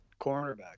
cornerback